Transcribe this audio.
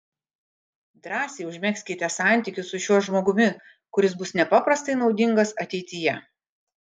drąsiai užmegzkite santykius su šiuo žmogumi kuris bus nepaprastai naudingas ateityje